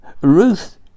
Ruth